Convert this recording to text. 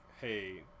hey